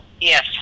Yes